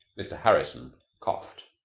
mr. harrison coughed.